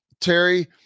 Terry